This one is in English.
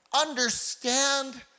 Understand